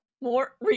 More